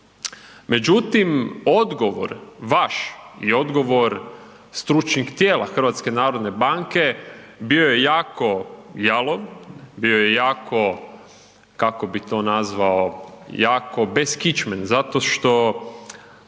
Međutim, odgovor vaš je odgovor stručnih tijela HNB-a, bio je jako jalov, bio je jako, kako bi to nazvao, jako bezkičmen zato što